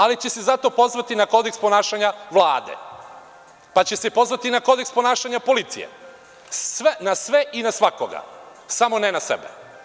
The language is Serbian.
Ali će se zato pozvati na kodeks ponašanja Vlade, pa će se pozvati na kodeks ponašanja policije, na sve i na svakoga, sam ne na sebe.